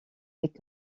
des